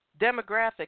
demographic